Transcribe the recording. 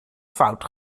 fout